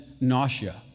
nausea